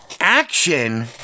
action